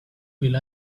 will